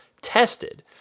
tested